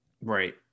Right